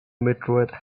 meteorite